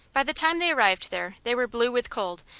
by the time they arrived there they were blue with cold,